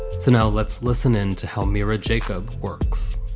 so now let's listen in. to help me read jacob works